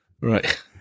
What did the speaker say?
Right